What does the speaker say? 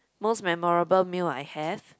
most memorable meal I have